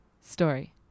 story